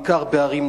בעיקר בערים,